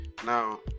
Now